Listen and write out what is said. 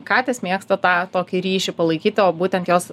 katės mėgsta tą tokį ryšį palaikyti o būtent jos